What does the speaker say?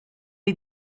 est